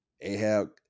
Ahab